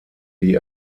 die